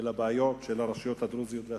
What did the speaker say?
הבעיות של הרשויות הדרוזיות והצ'רקסיות,